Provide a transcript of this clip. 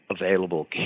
available